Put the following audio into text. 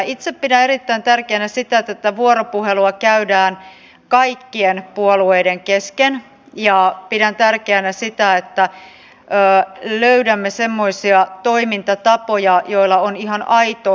itse pidän erittäin tärkeänä sitä että tätä vuoropuhelua käydään kaikkien puolueiden kesken ja pidän tärkeänä sitä että löydämme semmoisia toimintatapoja joilla on ihan aito tavoite